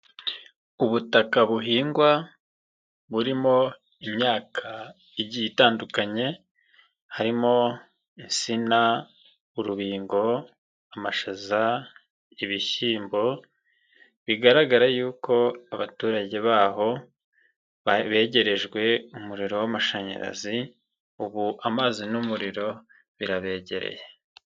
Ubutaka buhingwa burimo imyaka igiye itandukanye harimo insina, urubingo, amashaza, ibishyimbo, bigaragara yuko abaturage baho begerejwe umuriro w'amashanyarazi, ubu amazi n'umuriro birabegereye.